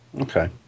Okay